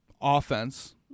offense